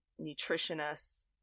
nutritionists